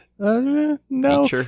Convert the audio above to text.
No